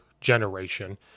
generation